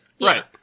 Right